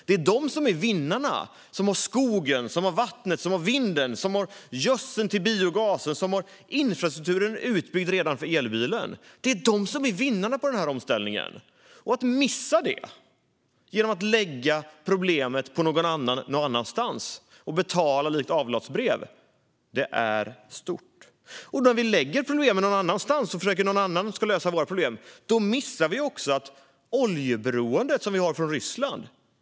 De som är vinnare på den här omställningen är de som har skogen, vattnet, vinden och gödsel till biogasen och redan har infrastrukturen utbyggd för elbilen. Det är en stor miss att lägga problemen på någon annan någon annanstans och betala lite avlatsbrev. När vi flyttar problemen någon annanstans och försöker få någon annan att lösa våra problem missar vi att vi kan minska vårt beroende av olja från Ryssland.